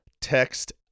Text